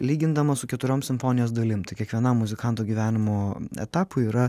lygindamas su keturiom simfonijos dalim tai kiekvienam muzikanto gyvenimo etapų yra